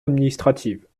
administrative